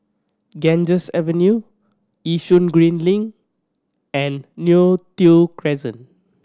Ganges Avenue Yishun Green Link and Neo Tiew Crescent